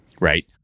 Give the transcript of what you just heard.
right